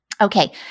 Okay